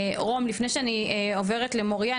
רום לפני שאני עוברת למוריה,